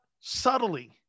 subtly